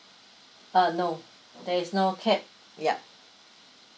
uh no there is no cap yup